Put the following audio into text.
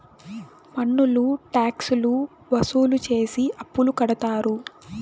పన్నులు ట్యాక్స్ లు వసూలు చేసి అప్పులు కడతారు